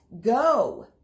go